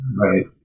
right